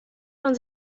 man